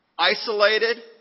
Isolated